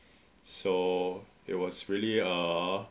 so it was really a